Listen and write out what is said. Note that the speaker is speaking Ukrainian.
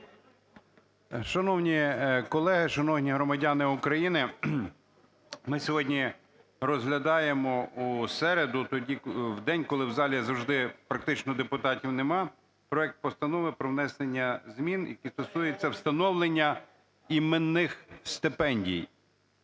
Шановні колеги, шановні громадяни України! Ми сьогодні розглядаємо у середу, в день, коли в залі завжди практично депутатів нема, проект постанови про внесення змін, які стосуються встановлення іменнях стипендій.